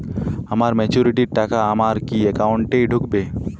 আমার ম্যাচুরিটির টাকা আমার কি অ্যাকাউন্ট এই ঢুকবে?